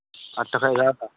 ᱟᱴᱴᱟ ᱠᱷᱚᱡ ᱮᱜᱟᱨᱚᱴᱟ